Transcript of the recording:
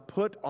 put